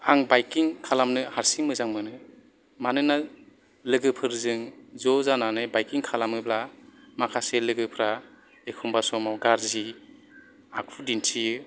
आं बाइकिं खालामनो हारसिं मोजां मोनो मानोना लोगो फोरजों ज' जानानै बाइकिं खालामोबा माखासे लोगोफ्रा एखमबा समाव गाज्रि आखु दिन्थियो